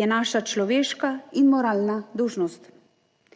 je naša človeška in moralna dolžnost.